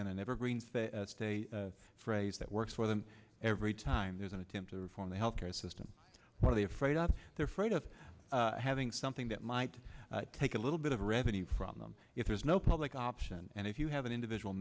been an evergreen stay phrase that works for them every time there's an attempt to reform the health care system what are they afraid of their friend of having something that might take a little bit of revenue from them if there's no public option and if you have an individual